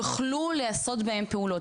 יוכלו לעשות בהם פעולות.